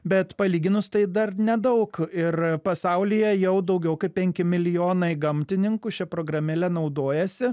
bet palyginus tai dar nedaug ir pasaulyje jau daugiau kaip penki milijonai gamtininkų šia programėle naudojasi